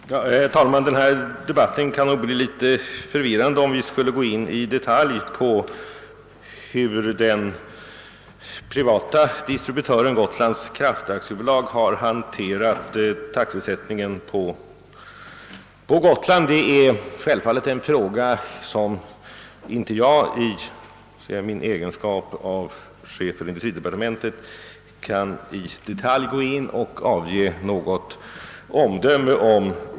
Herr talman! Denna debatt skulle bli något förvirrande, om vi i detalj skall gå in på hur den privata distributören Gotlands Kraftverk har handhaft taxesättningen på Gotland. Skäligheten i den taxehöjning som skett kan jag självfallet inte i min egenskap av chef för industridepartementet avge något omdöme om.